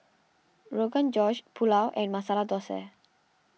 Rogan Josh Pulao and Masala Dosa